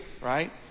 right